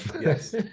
Yes